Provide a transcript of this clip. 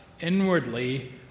inwardly